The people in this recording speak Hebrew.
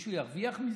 מישהו ירוויח מזה?